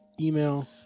email